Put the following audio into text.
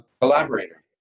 Collaborator